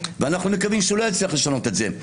אנחנו מקווים שהוא לא יצליח לשנות את זה.